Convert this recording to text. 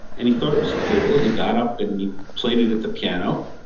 and he thought it was cool and he got up and he played it at the piano.